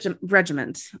regiment